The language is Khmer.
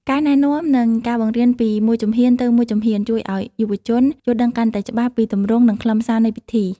ការណែនាំ និងការបង្រៀនពីមួយជំហានទៅមួយជំហាន ជួយឱ្យយុវជនយល់ដឹងកាន់តែច្បាស់ពីទម្រង់ និងខ្លឹមសារនៃពិធី។